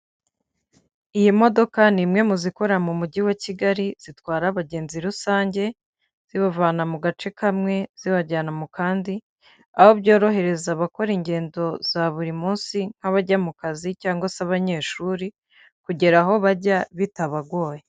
Iyi modoka ni imwe mu zikora mu mujyi wa Kigali zitwara abagenzi rusange, zibavana mu gace kamwe zibajyana mu kandi. Aho byorohereza abakora ingendo za buri munsi nk'abajya mu kazi cyangwa se abanyeshuri kugera aho bajya bitabagoye.